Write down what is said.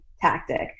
tactic